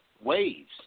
waves